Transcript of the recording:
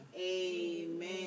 Amen